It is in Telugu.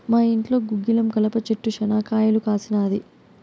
మా ఇంట్లో గుగ్గిలం కలప చెట్టు శనా కాయలు కాసినాది